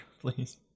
please